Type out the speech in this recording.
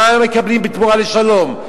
מה אנחנו מקבלים בתמורה לשלום?